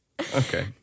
okay